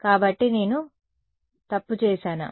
కాబట్టి నేను తప్పు చేశానా